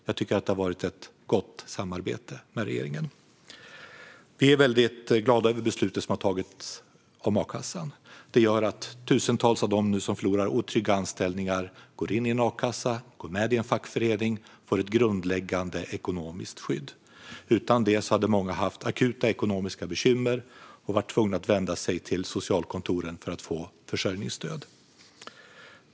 Jag tycker att samarbetet med regeringen har varit gott. Vi är väldigt glada över det beslut om a-kassan som har tagits. Det gör att tusentals av dem som nu förlorar otrygga anställningar går in i en akassa eller går med i en fackförening och därmed får ett grundläggande ekonomiskt skydd. Utan det hade många haft akuta ekonomiska bekymmer och varit tvungna att vända sig till socialkontoren för att få försörjningsstöd.